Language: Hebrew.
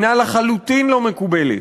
הנה לחלוטין לא מקובלת.